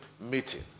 meeting